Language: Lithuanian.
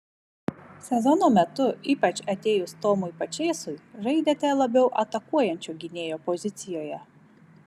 sezono metu ypač atėjus tomui pačėsui žaidėte labiau atakuojančio gynėjo pozicijoje